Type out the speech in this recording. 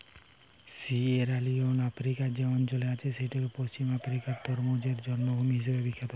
Sierra Leone আফ্রিকার যে অঞ্চলে আছে সেইটা পশ্চিম আফ্রিকার তরমুজের জন্মভূমি হিসাবে বিখ্যাত